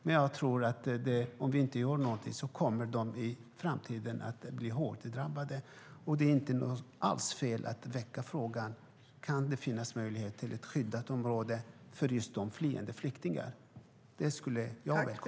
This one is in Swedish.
Men om vi inte gör någonting kommer de att i framtiden bli hårt drabbade. Det är inte alls fel att väcka frågan: Kan det finnas möjlighet till ett skyddat område för just flyende flyktingar? Det skulle jag välkomna.